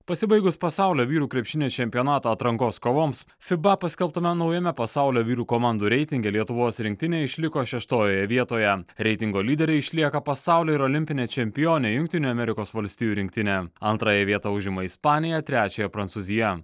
pasibaigus pasaulio vyrų krepšinio čempionato atrankos kovoms fiba paskelbtame naujame pasaulio vyrų komandų reitinge lietuvos rinktinė išliko šeštojoje vietoje reitingo lyderiai išlieka pasaulio ir olimpinė čempionė jungtinių amerikos valstijų rinktinė antrąją vietą užima ispanija trečiąją prancūzija